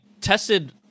tested